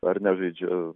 ar nežaidžia